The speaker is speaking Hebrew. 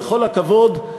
בכל הכבוד,